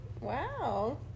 Wow